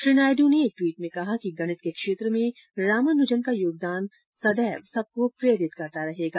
श्री नायडु ने एक ट्वीट में कहा है कि गणित के क्षेत्र में रामानुजन का योगदान सदैव सबको प्रेरित करता रहेगा